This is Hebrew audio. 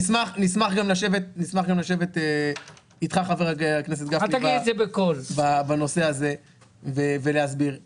נשמח לשבת גם אתך חבר הכנסת גפני בנושא הזה ולהסביר.